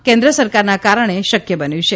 જે કેન્શ્ર સરકારના કારણે શક્ય બન્યું છે